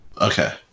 Okay